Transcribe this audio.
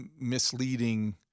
misleading